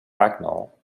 bracknell